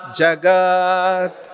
Jagat